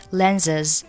lenses